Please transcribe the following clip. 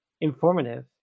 informative